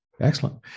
Excellent